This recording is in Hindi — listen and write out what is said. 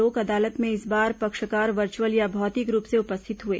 लोक अदालत में इस बार पक्षकार वर्चुअल या भौतिक रूप से उपस्थित हुए